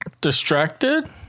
Distracted